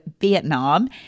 Vietnam